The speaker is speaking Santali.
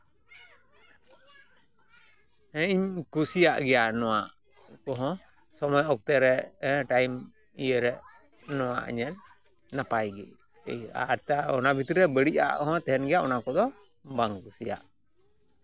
ᱦᱮᱸ ᱤᱧ ᱠᱩᱥᱤᱭᱟᱜ ᱜᱮᱭᱟ ᱱᱚᱣᱟ ᱠᱚᱦᱚᱸ ᱥᱚᱢᱚᱭ ᱚᱠᱛᱮᱨᱮ ᱴᱟᱭᱤᱢ ᱤᱭᱟᱹᱨᱮ ᱱᱚᱣᱟ ᱤᱧᱟᱹᱝ ᱱᱟᱯᱟᱭ ᱜᱮ ᱤᱭᱟᱹᱜᱼᱟ ᱟᱨ ᱴᱟ ᱚᱱᱟ ᱵᱷᱤᱛᱨᱤ ᱨᱮ ᱵᱟᱹᱲᱤᱡᱽ ᱟᱜ ᱦᱚᱸ ᱛᱮᱦᱮᱱ ᱜᱮᱭᱟ ᱚᱱᱟ ᱠᱚᱫᱚ ᱵᱟᱝ ᱠᱩᱥᱤᱭᱟ